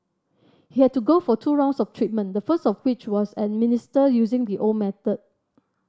he had to go for two rounds of treatment the first of which was administered using the old method